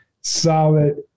solid